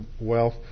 wealth